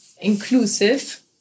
inclusive